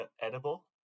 edible